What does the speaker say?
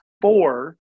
four